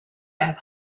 have